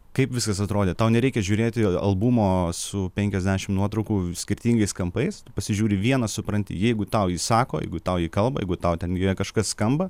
kaip viskas atrodė tau nereikia žiūrėti albumo su penkiasdešimt nuotraukų skirtingais kampais pasižiūri į vieną supranti jeigu tau ji sako jeigu tau ji kalba jeigu tau ten joje kažkas skamba